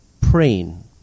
praying